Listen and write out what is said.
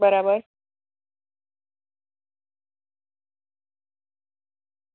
બરાબર